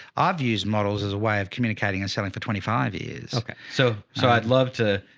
i've used models as a way of communicating and selling for twenty five years. okay. so, so i'd love to,